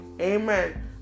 Amen